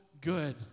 good